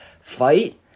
fight